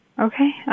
okay